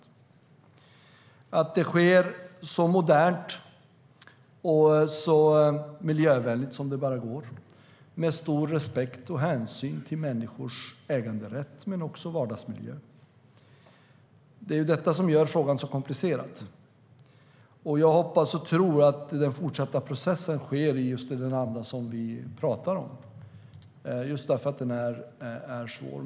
Detta ska göras så modernt och miljövänligt som det bara går med stor respekt för och hänsyn till människors äganderätt och vardagsmiljö. Det är det som gör frågan så komplicerad. Jag hoppas och tror att den fortsatta processen sker i den anda som vi pratar om.